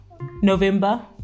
November